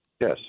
Yes